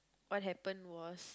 what happened was